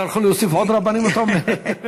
יצטרכו להוסיף עוד רבנים, אתה אומר?